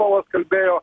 atstovas kalbėjo